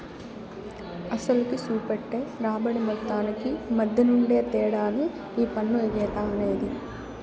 అసలుకి, సూపెట్టే రాబడి మొత్తానికి మద్దెనుండే తేడానే ఈ పన్ను ఎగేత అనేది